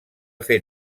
fer